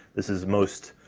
this is most,